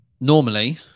Normally